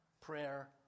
prayer